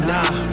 Nah